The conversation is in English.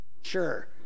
Sure